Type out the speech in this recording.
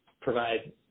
provide